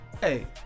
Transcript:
hey